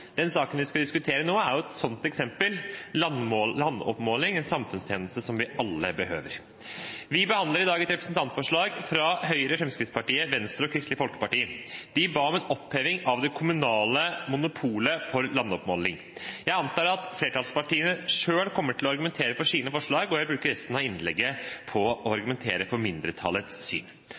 Den saken vi skal diskutere nå, er et sånt eksempel: landoppmåling, en samfunnstjeneste som vi alle behøver. Vi behandler i dag et representantforslag fra Høyre, Fremskrittspartiet, Venstre og Kristelig Folkeparti. De ba om en oppheving av det kommunale monopolet på landoppmåling. Jeg antar at flertallspartiene selv kommer til å argumentere for sine forslag, og jeg bruker resten av innlegget på å argumentere for mindretallets syn.